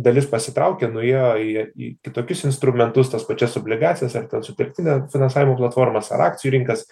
dalis pasitraukė nuėjo į į kitokius instrumentus tas pačias obligacijas ar ten sutelktinio finansavimo platformas ar akcijų rinkas